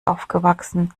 aufgewachsen